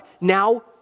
now